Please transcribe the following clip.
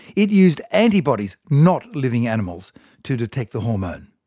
it used antibodies not living animals to detect the hormone.